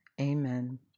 Amen